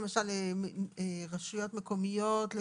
למשל רשויות מקומיות,